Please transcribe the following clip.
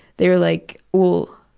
they were like, well,